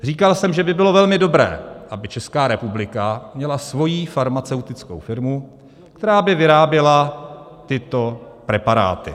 Říkal jsem, že by bylo velmi dobré, aby Česká republika měla svoji farmaceutickou firmu, která by vyráběla tyto preparáty.